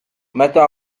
متى